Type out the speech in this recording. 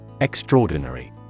Extraordinary